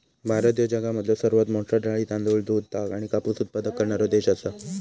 भारत ह्यो जगामधलो सर्वात मोठा डाळी, तांदूळ, दूध, ताग आणि कापूस उत्पादक करणारो देश आसा